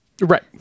Right